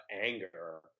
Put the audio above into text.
anger